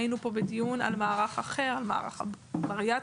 היינו פה בדיון על מערך אחר, על מערך הבריאטריה.